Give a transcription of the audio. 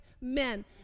men